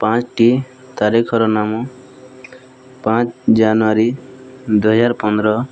ପାଞ୍ଚଟି ତାରିଖର ନାମ ପାଞ୍ଚ୍ ଜାନୁଆରୀ ଦୁଇହଜାର ପନ୍ଦର